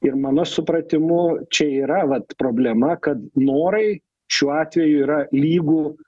ir mano supratimu čia yra vat problema kad norai šiuo atveju yra lygu